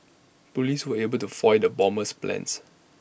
Police were able to foil the bomber's plans